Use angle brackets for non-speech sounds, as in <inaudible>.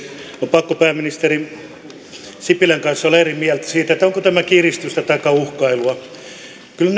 on pakko pääministeri sipilän kanssa olla eri mieltä siitä onko tämä kiristystä taikka uhkailua kyllä <unintelligible>